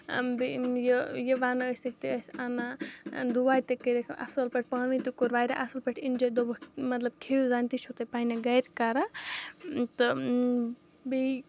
بیٚیہِ یہِ یِوَن ٲسِکھ تہِ ٲسۍ اَنان دُعا تہِ کٔرِکھ وۄنۍ اَصٕل پٲٹھۍ پانہٕ ؤنۍ تہِ کوٚر واریاہ اَصٕل پٲٹھۍ اِنجاے دوٚپُکھ مطلب کھیٚیِو زَن تہِ چھُو تُہۍ پنٛنہِ گَرِ کَران تہٕ بیٚیہِ